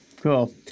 Cool